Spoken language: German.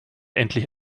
endlich